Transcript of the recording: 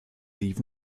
leave